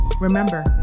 remember